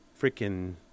freaking